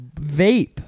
Vape